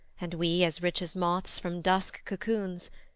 and we as rich as moths from dusk cocoons,